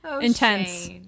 Intense